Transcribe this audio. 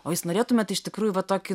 o jūs norėtumėt iš tikrųjų va tokį